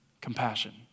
Compassion